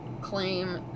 claim